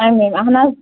اَمے اہن حظ